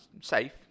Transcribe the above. safe